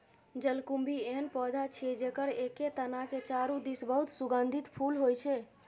जलकुंभी एहन पौधा छियै, जेकर एके तना के चारू दिस बहुत सुगंधित फूल होइ छै